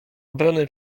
obrony